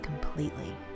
completely